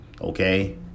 Okay